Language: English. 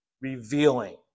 revealing